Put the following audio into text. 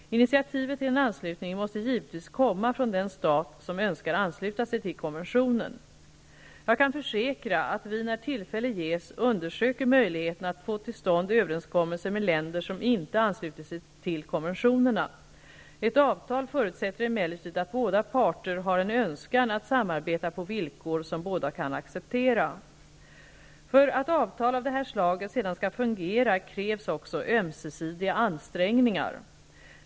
Initiativet till en anslutning måste givetvis komma från den stat som önskar ansluta sig till konventionen. Jag kan försäkra att vi, när tillfälle ges, undersöker möjligheterna att få till stånd överenskommelser med länder som inte anslutit sig till konventionerna. Ett avtal förutsätter emellertid att båda parter har en önskan att samarbeta på villkor som båda kan acceptera. För att avtal av det här slaget sedan skall fungera krävs också ömsesidiga ansträngningar.